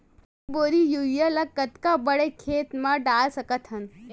एक बोरी यूरिया ल कतका बड़ा खेत म डाल सकत हन?